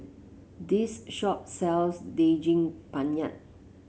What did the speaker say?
this shop sells Daging Penyet